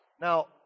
Now